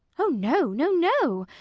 oh, no, no, no!